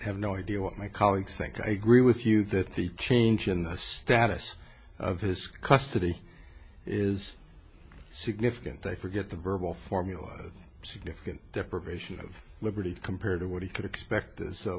have no idea what my colleagues think i agree with you that the change in the status of his custody is significant they forget the verbal formula significant deprivation of liberty compared to what he could expect